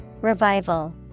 Revival